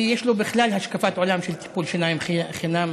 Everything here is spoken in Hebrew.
כי יש לו בכלל השקפת עולם של טיפול שיניים חינם,